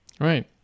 Right